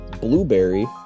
Blueberry